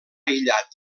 aïllat